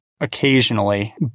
occasionally